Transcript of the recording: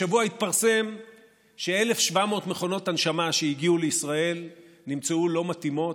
השבוע התפרסם ש-1,700 מכונות הנשמה שהגיעו לישראל נמצאו לא מתאימות,